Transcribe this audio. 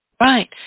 Right